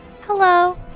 Hello